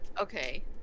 Okay